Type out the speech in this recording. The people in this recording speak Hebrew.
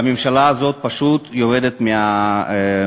והממשלה הזאת פשוט יורדת מהמסלול.